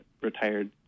retired